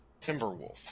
timberwolf